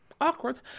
awkward